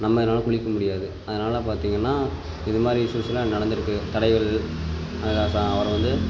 நம்ம இதனால் குளிக்க முடியாது அதனால் பார்த்தீங்கன்னா இது மாதிரி இஸ்யூஸ்செல்லாம் நடந்திருக்கு தடைகள் ஆ ச அப்புறம் வந்து